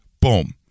boom